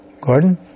Gordon